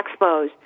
expos